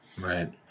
Right